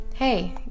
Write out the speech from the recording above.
Hey